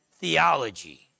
theology